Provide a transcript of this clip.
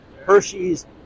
Hershey's